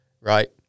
right